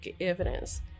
evidence